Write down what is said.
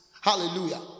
Hallelujah